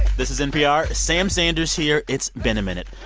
this is npr. sam sanders here. it's been a minute.